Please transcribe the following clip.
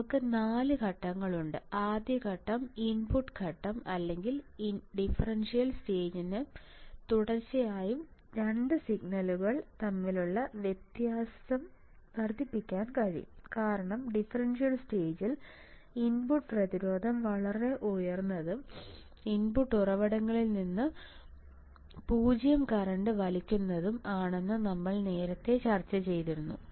നമുക്ക് 4 ഘട്ടങ്ങളുണ്ട് ആദ്യ ഘട്ട ഇൻപുട്ട് ഘട്ടം അല്ലെങ്കിൽ ഡിഫറൻഷ്യൽ സ്റ്റേജിന് തീർച്ചയായും 2 സിഗ്നലുകൾ തമ്മിലുള്ള വ്യത്യാസം വർദ്ധിപ്പിക്കാൻ കഴിയും കാരണം ഡിഫറൻഷ്യൽ സ്റ്റേജിൽ ഇൻപുട്ട് പ്രതിരോധം വളരെ ഉയർന്നതും ഇൻപുട്ട് ഉറവിടങ്ങളിൽ നിന്ന് 0 കറന്റ് വലിക്കുന്നതും ആണെന്ന് നമ്മൾ നേരത്തെ ചർച്ച ചെയ്തിരുന്നു